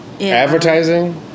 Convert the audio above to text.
Advertising